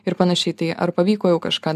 ir panašiai tai ar pavyko kažką